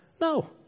No